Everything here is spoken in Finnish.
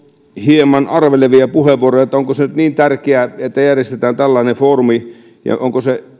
hieman arvelevia puheenvuoroja että onko se nyt niin tärkeää että järjestetään tällainen foorumi ja